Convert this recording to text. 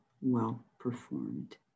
well-performed